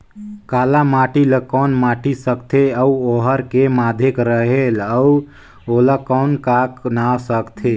काला माटी ला कौन माटी सकथे अउ ओहार के माधेक रेहेल अउ ओला कौन का नाव सकथे?